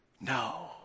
no